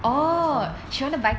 talk about next one leh